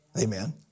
amen